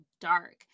dark